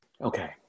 Okay